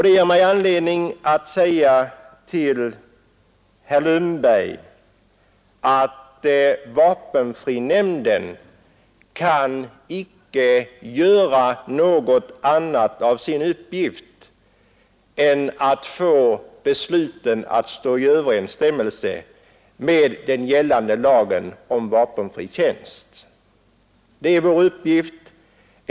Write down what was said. Det ger mig anledning att säga till herr Lundberg att vapenfrinämnden icke kan göra något annat av sin uppgift än att få besluten att stå i överensstämmelse med den gällande lagen om vapenfri tjänst. Det är vår uppgift.